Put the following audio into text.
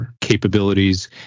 capabilities